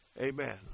Amen